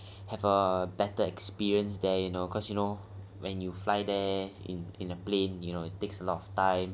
have a better experience there you know 'cause you know when you fly there in in a plane you know it takes a lot of time